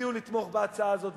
ותציעו לתמוך בהצעה הזאת.